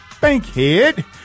Bankhead